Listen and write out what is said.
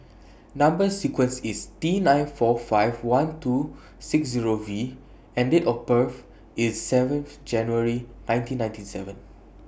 Number sequence IS T nine four five one two six Zero V and Date of birth IS seven January nineteen ninety seven